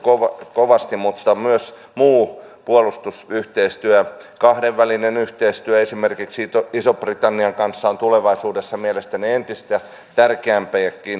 kovasti mutta myös muu puolustusyhteistyö on tärkeää kahdenvälinen yhteistyö esimerkiksi ison britannian kanssa on tulevaisuudessa mielestäni entistäkin tärkeämpi